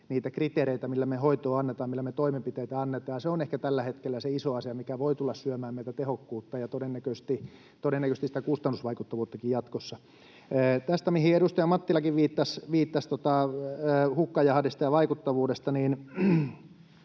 niitä kriteereitä, millä me hoitoa annetaan, millä me toimenpiteitä annetaan. Se on ehkä tällä hetkellä se iso asia, mikä voi tulla syömään meiltä tehokkuutta ja todennäköisesti sitä kustannusvaikuttavuuttakin jatkossa. Tästä, mihin edustaja Mattilakin viittasi, hukkajahdista ja vaikuttavuudesta, niin